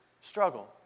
struggle